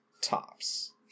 Tops